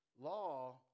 Law